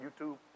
YouTube